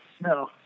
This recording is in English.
No